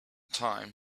time